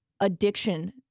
addiction